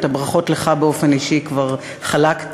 את הברכות לך באופן אישי כבר חלקתי,